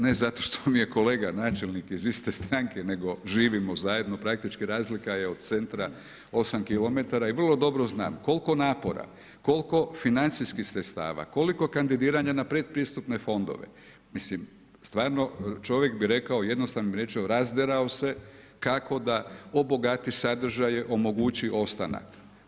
Ne zato što mi je kolega načelnik iz iste stranke nego živimo zajedno, praktički je razlika je od centra 8 km i vrlo dobro znam koliko napora, koliko financijskih sredstava, koliko kandidiranja na predpristupne fondove, mislim, stvarno čovjek bi rekao jednostavno riječima, razderao se kako da obogati sadržaje, omogući ostanak.